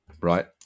right